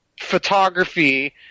photography